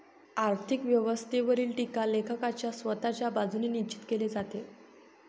आर्थिक व्यवस्थेवरील टीका लेखकाच्या स्वतःच्या बाजूने निश्चित केली जाते